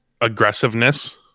aggressiveness